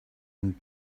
him